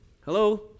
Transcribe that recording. Hello